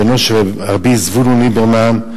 בנו של רבי זבולון ליברמן,